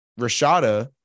Rashada